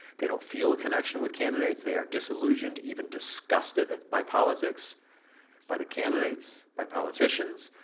they don't feel a connection with candidates. they are disillusioned even disgusted by politics by the candidates, by politicians,